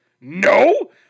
no